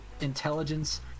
intelligence